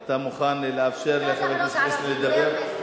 אתה מוכן לאפשר לחבר הכנסת פלסנר לדבר?